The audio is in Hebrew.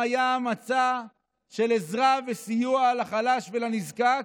היה המצע של עזרה וסיוע לחלש ולנזקק.